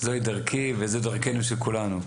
זוהי דרכי וזה דרכנו של כולנו.